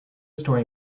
story